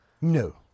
No